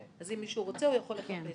אז אם מישהו רוצה הוא יכול לחפש.